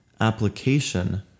application